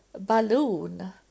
balloon